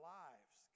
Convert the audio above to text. lives